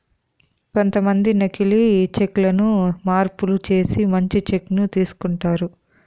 కొంతమంది నకీలి చెక్ లను మార్పులు చేసి మంచి చెక్ ను తీసుకుంటారు